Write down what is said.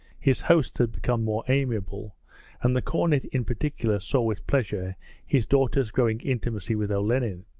his hosts had become more amiable and the cornet in particular saw with pleasure his daughter's growing intimacy with olenin.